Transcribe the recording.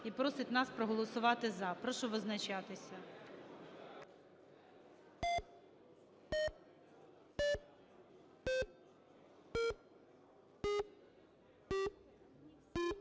і просить нас проголосувати "за". Прошу визначатися.